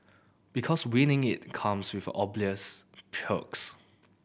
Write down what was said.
because winning it comes with obvious perks